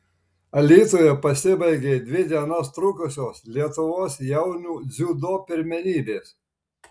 alytuje pasibaigė dvi dienas trukusios lietuvos jaunių dziudo pirmenybės